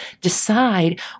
decide